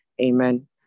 amen